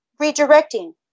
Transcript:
Redirecting